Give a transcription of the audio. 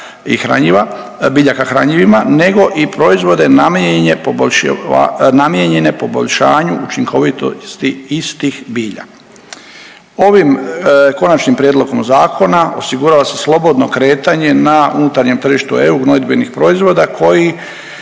biljaka hranjivima nego i proizvode namijenjene poboljšiva…, namijenjene poboljšanju učinkovitosti istih bilja. Ovim Konačnim prijedlogom zakona osigurava se slobodno kretanje na unutarnjem tržištu EU gnojidbenih proizvoda koji